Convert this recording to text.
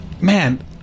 Man